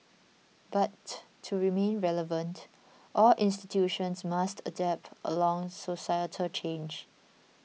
but to remain relevant all institutions must adapt along societal change